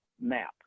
map